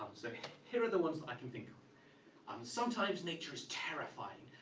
so here are the ones i can think of um sometimes nature is terrifying.